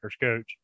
coach